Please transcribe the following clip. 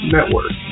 Network